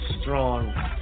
strong